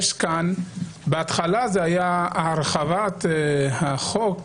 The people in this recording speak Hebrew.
בהתחלה זאת הייתה הרחבת החוק,